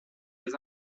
des